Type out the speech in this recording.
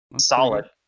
solid